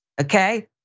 okay